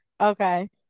Okay